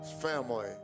family